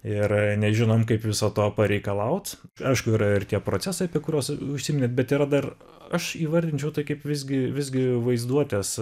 ir nežinom kaip viso to pareikalaut aišku yra ir tie procesai apie kuriuos užsiminėt bet yra dar aš įvardinčiau tai kaip visgi visgi vaizduotės